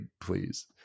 please